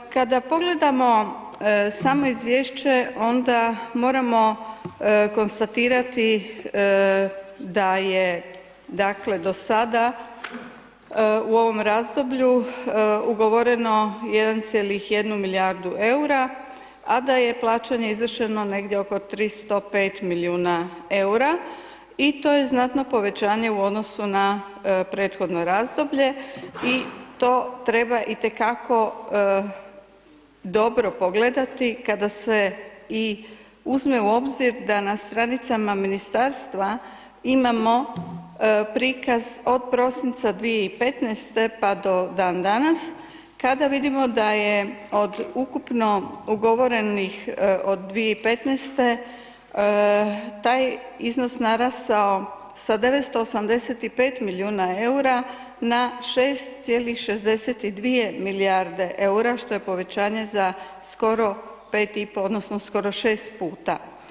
Kada pogledamo samo izvješće onda moramo konstatirati da je dakle do sada u ovom razdoblju ugovoreno 1,1 milijardu EUR-a, a da je plaćanje izvršeno negdje oko 305 milijuna EUR-a i to je znatno povećanje u odnosu na prethodno razdoblje i to treba i te kako dobro pogledati kada se i uzme u obzir da na stranicama ministarstva imamo prikaz od prosinca 2015. pa do dan danas, kada vidimo da je od ukupno ugovorenih od 2015. taj iznos narasao sa 985 milijuna EUR-a na 6,62 milijarde EUR-a što je povećanje za skoro 5 i po odnosno skoro 6 puta.